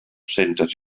centres